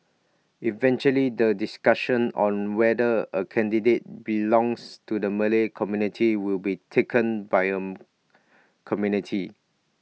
eventually the discussion on whether A candidate belongs to the Malay community will be taken by A committee